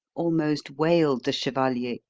almost wailed the chevalier.